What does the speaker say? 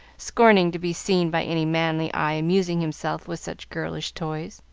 scorning to be seen by any manly eye amusing himself with such girlish toys.